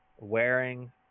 wearing